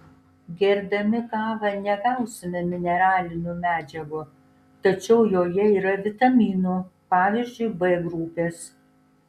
gerdami kavą negausime mineralinių medžiagų tačiau joje yra vitaminų pavyzdžiui b grupės